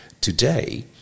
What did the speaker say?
Today